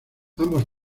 ambos